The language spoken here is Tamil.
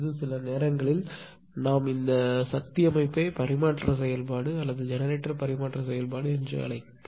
இது சில நேரங்களில் நாம் இதை சக்தி அமைப்பு பரிமாற்ற செயல்பாடு அல்லது ஜெனரேட்டர் பரிமாற்ற செயல்பாடு என்று அழைக்கிறோம்